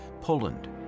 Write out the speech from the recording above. Poland